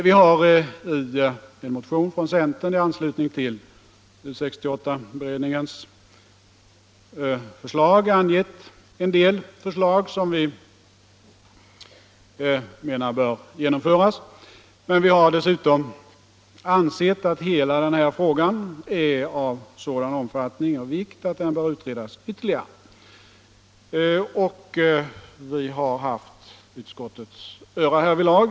Vi har i en motion från centern i anslutning till U 68-beredningens förslag angett en del åtgärder som vi menar bör genomföras. Men vi har dessutom ansett att hela denna fråga är av sådan omfattning och vikt att den bör utredas ytterligare. Vi har härvidlag haft utskottets öra.